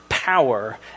Power